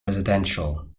residential